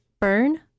Burn